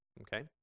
Okay